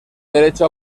derecho